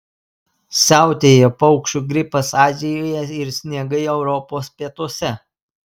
siautėjo paukščių gripas azijoje ir sniegai europos pietuose